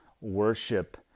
worship